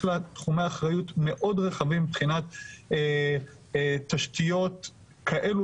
יש לה תחומי אחריות מאוד רחבים מבחינת תשתיות כאלו